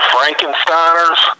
Frankensteiners